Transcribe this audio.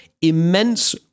Immense